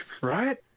Right